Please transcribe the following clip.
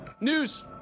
news